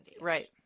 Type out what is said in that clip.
Right